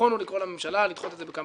הנכון הוא לקרוא לממשלה לדחות את זה בכמה